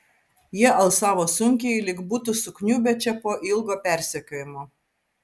jie alsavo sunkiai lyg būtų sukniubę čia po ilgo persekiojimo